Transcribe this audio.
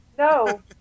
No